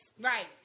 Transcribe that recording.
Right